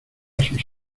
sus